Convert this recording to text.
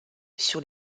sur